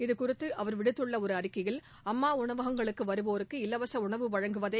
இதுகுறித்து அவர் விடுத்துள்ள ஒரு அறிக்கையில் அம்மா உணவகங்களுக்கு வருவோருக்கு இலவச உணவு வழங்குவதே